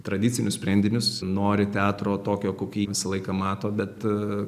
tradicinius sprendinius nori teatro tokio kokį jį visą laiką mato bet